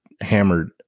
hammered